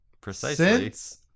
precisely